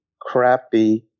crappy